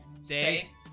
stay